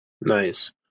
Nice